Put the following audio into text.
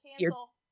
cancel